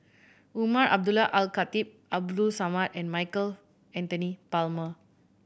Umar Abdullah Al Khatib Abdul Samad and Michael Anthony Palmer